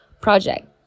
Project